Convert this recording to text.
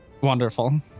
Wonderful